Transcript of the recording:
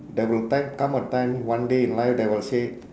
there will time come a time one day in life that will say